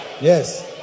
yes